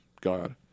God